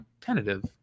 tentative